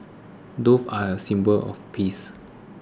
doves are a symbol of peace